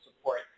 support